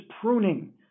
pruning